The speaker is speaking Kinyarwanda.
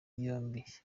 yombi